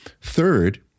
Third